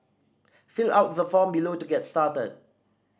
fill out the form below to get started